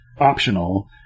optional